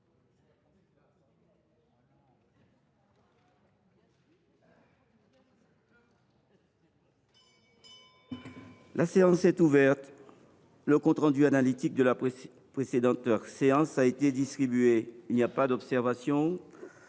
La séance est ouverte. Le compte rendu analytique de la précédente séance a été distribué. Il n’y a pas d’observation ?…